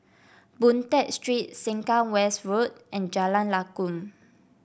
Boon Tat Street Sengkang West Road and Jalan Lakum